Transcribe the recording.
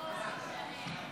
לוועדה שתקבע ועדת הכנסת נתקבלה.